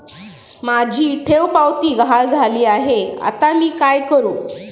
माझी ठेवपावती गहाळ झाली आहे, आता मी काय करु?